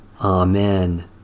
Amen